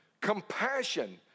Compassion